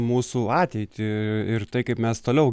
mūsų ateitį ir tai kaip mes toliau